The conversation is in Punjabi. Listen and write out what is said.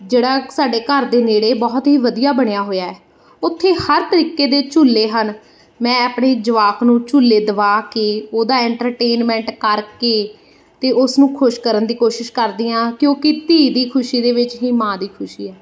ਜਿਹੜਾ ਸਾਡੇ ਘਰ ਦੇ ਨੇੜੇ ਬਹੁਤ ਹੀ ਵਧੀਆ ਬਣਿਆ ਹੋਇਆ ਉੱਥੇ ਹਰ ਤਰੀਕੇ ਦੇ ਝੂਲੇ ਹਨ ਮੈਂ ਆਪਣੇ ਜਵਾਕ ਨੂੰ ਝੂਲੇ ਦਵਾ ਕੇ ਉਹਦਾ ਇੰਟਰਟੇਨਮੈਂਟ ਕਰਕੇ ਅਤੇ ਉਸਨੂੰ ਖੁਸ਼ ਕਰਨ ਦੀ ਕੋਸ਼ਿਸ਼ ਕਰਦੀ ਹਾਂ ਕਿਉਂਕਿ ਧੀ ਦੀ ਖੁਸ਼ੀ ਦੇ ਵਿੱਚ ਹੀ ਮਾਂ ਦੀ ਖੁਸ਼ੀ ਹੈ